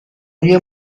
روی